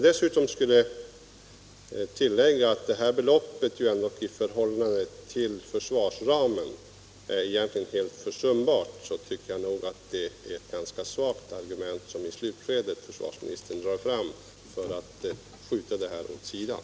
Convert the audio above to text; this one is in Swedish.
Dessutom skulle jag vilja tillägga att detta belopp i förhållande till försvarsramen egentligen är helt försumbart. Jag tycker nog att det är ett ganska svagt argument som försvarsministern i slutskedet drar fram för att skjuta denna fråga åt sidan.